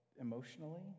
emotionally